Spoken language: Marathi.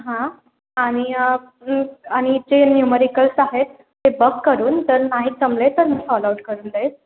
हा आणि आणि जे न्युमॅरिकल्स आहेत ते बघ करून जर नाहीच जमले तर मग कॉलआउट करून दे